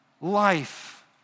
life